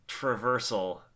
traversal